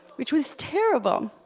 which was terrible.